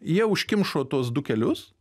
jie užkimšo tuos du kelius